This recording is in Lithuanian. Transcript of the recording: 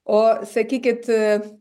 o sakykit